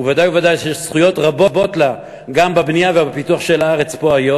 וודאי שיש לה זכויות רבות גם בבנייה ובפיתוח הארץ היום,